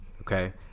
okay